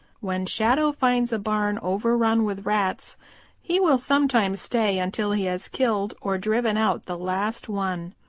when shadow finds a barn overrun with rats he will sometimes stay until he has killed or driven out the last one.